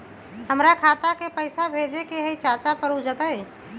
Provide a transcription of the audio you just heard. हमरा खाता के पईसा भेजेए के हई चाचा पर ऊ जाएत?